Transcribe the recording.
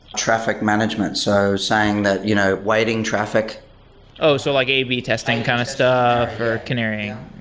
traffic management. so saying that you know waiting traffic oh, so like a b testing kind of stuff or canarying.